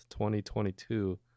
2022